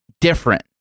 different